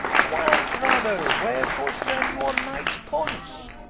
why brother, wherefore stand you on nice points?